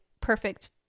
perfect